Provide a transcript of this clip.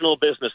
business